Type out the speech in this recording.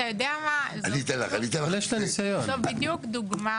אבל אתה יודע מה, זאת בדיוק דוגמה